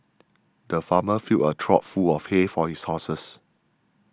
the farmer filled a trough full of hay for his horses